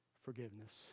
Forgiveness